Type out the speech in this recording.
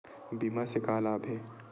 बीमा से का लाभ हे?